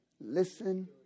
listen